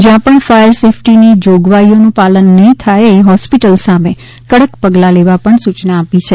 જ્યાં પણ ફાયર સેફટીની જોગવાઇઓનું પાલન નહીં થાય એ હોસ્પિટલ સામે કડક પગલા લેવાની સૂચના પણ આપવામાં આવી છે